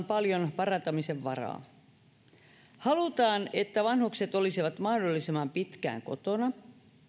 paljon parantamisen varaa halutaan että vanhukset olisivat mahdollisimman pitkään kotona